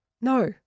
No